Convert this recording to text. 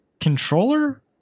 controller